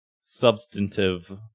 substantive